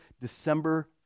December